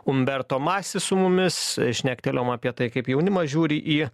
umberto masis su mumis šnektelėjom apie tai kaip jaunimas žiūri į